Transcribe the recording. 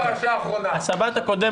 בכל מקרה,